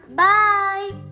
bye